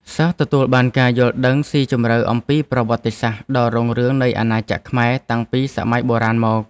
សិស្សទទួលបានការយល់ដឹងស៊ីជម្រៅអំពីប្រវត្តិសាស្ត្រដ៏រុងរឿងនៃអាណាចក្រខ្មែរតាំងពីសម័យបុរាណមក។